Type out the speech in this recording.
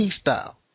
style